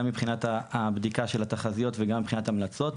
מבחינת הבדיקה של התחזיות וגם מבחינת המלצות.